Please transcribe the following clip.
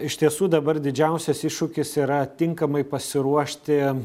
iš tiesų dabar didžiausias iššūkis yra tinkamai pasiruošti